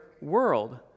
world